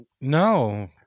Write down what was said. No